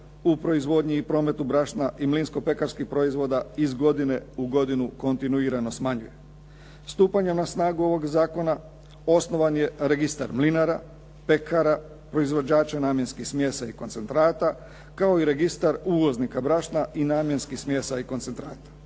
u proizvodnji i prometu brašna i mlinsko pekarskih proizvoda iz godine u godinu kontinuirano smanjuje. Stupanjem na snagu ovog zakona osnovan je registar mlinara, pekara, proizvođača namjenskih smjesa i koncentrata kao i registar uvoznika brašna i namjenskih smjesa i koncentrata.